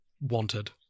wanted